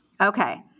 okay